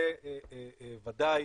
זה ודאי